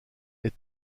est